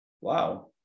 wow